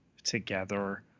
together